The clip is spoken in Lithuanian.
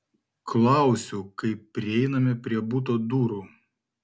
klausiu kai prieiname prie buto durų